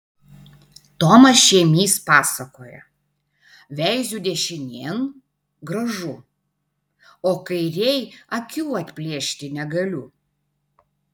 tomas šėmys pasakoja veiziu dešinėn gražu o kairėj akių atplėšti negaliu